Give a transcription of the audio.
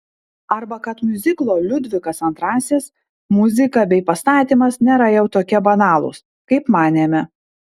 arba kad miuziklo liudvikas ii muzika bei pastatymas nėra jau tokie banalūs kaip manėme